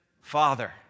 father